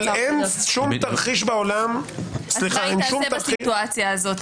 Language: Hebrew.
אבל אין שום תרחיש בעולם -- אז מה היא תעשה בסיטואציה הזאת?